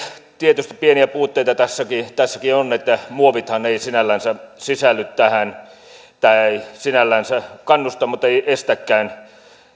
tietysti pieniä puutteita tässäkin tässäkin on eli muovithan eivät sinällänsä sisälly tähän tämä ei sinällänsä kannusta mutta ei estäkään